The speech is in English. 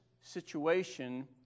situation